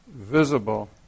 visible